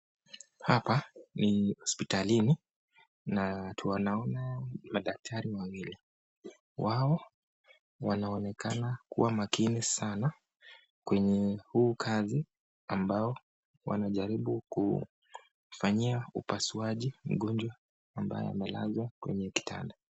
Hapa ni hospitalini na tunawaona madaktari wawili wao wanaonekana kuwa makini sana kwenye huu kazi ambao wamejaribu kufanyia upasuaji mgonjwa ambaye amelazwa kwenye kitanda.